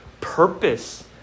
purpose